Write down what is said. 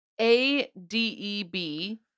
A-D-E-B